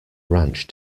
ranch